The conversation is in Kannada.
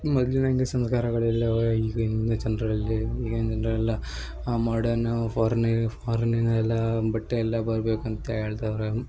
ಮೊದಲಿನಾಂಗೆ ಸಂಸ್ಕಾರಗಳು ಇಲ್ಲವ ಈಗಿನ ಜನರಲ್ಲಿ ಈಗಿನ ಜನರೆಲ್ಲ ಮಾಡರ್ನು ಫಾರಿನೀ ಫಾರಿನಿನ್ನ ಎಲ್ಲಾ ಬಟ್ಟೆ ಎಲ್ಲಾ ಬರಬೇಕು ಅಂತ ಹೇಳ್ತಾವ್ರೆ